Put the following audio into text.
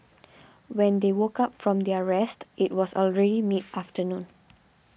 when they woke up from their rest it was already mid afternoon